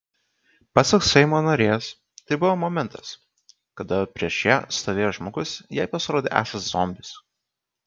pasak seimo narės tai buvo momentas kada prieš ją stovėjęs žmogus jai pasirodė esąs zombis